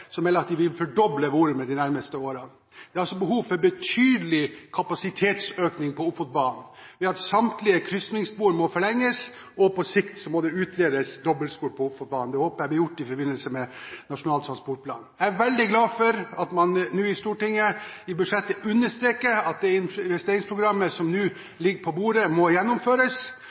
melder at de vil fordoble volumet de nærmeste årene. Det er altså behov for betydelig kapasitetsøkning på Ofotbanen. Samtlige krysningsspor må forlenges, og på sikt må det utredes dobbeltspor på Ofotbanen. Det håper jeg blir gjort i forbindelse med Nasjonal transportplan. Jeg er veldig glad for at man i Stortinget i budsjettet understreker at det investeringsprogrammet som nå ligger på bordet, må gjennomføres.